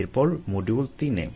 এরপর মডিউল তিনে